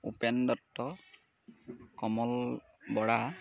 Upen Dutta Kamal Bora